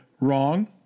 wrong